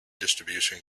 distribution